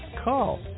call